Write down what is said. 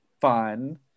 fun